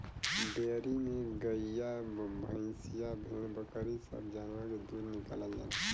dairy में गइया भईंसिया भेड़ बकरी सब जानवर के दूध निकालल जाला